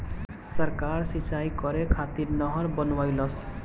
सरकार सिंचाई करे खातिर नहर बनवईलस